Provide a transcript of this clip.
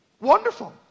Wonderful